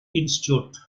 institute